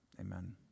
amen